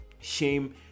shame